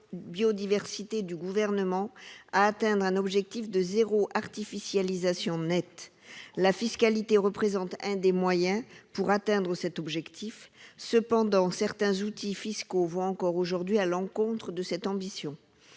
Biodiversité du Gouvernement, à atteindre l'objectif de zéro artificialisation nette. La fiscalité représente un des moyens pour atteindre cet objectif. Néanmoins, certains outils fiscaux vont, encore aujourd'hui, à l'encontre de cette ambition.